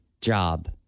job